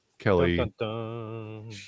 Kelly